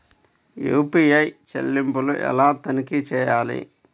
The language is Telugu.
యూ.పీ.ఐ చెల్లింపులు ఎలా తనిఖీ చేయాలి?